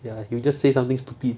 ya he'll just say something stupid